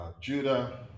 Judah